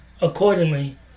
accordingly